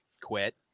quit